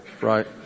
right